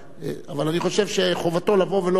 אני חושב שחובתו לבוא ולומר,